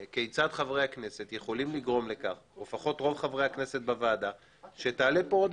כיצד רוב חברי הכנסת בוועדה יכולים לגרום לכך שתעלה פה עוד